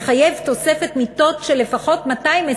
מחייב תוספת מיטות של לפחות 220 בשנה,